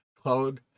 Cloud